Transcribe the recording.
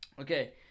Okay